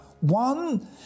One